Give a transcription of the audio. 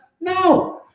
No